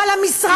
אבל המשרד שאמון,